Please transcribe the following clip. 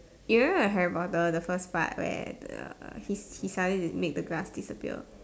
you know the Harry potter the first part where the his he suddenly make the grass disappear